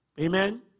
Amen